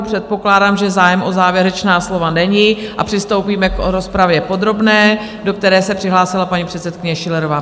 Předpokládám, že zájem o závěrečná slova není, a přistoupíme k rozpravě podrobné, do které se přihlásila paní předsedkyně Schillerová.